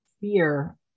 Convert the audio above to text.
fear